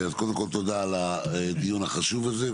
אז קודם כל תודה על הדיון החשוב הזה.